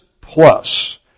plus